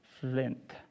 Flint